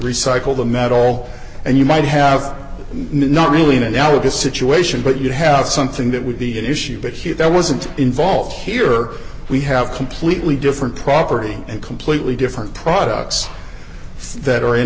recycle them at all and you might have not really an analogous situation but you'd have something that would be an issue but here that wasn't involved here we have completely different property and completely different products that are in